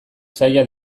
zailak